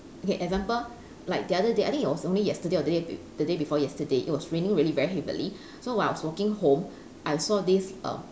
okay example like the other day I think it was only yesterday or the day the day before yesterday it was raining really very heavily so while I was walking home I saw this err